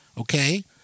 okay